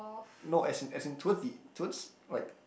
no as in as in towards the towards like